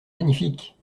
magnifique